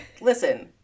Listen